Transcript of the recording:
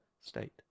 state